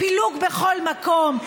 פילוג בכל מקום.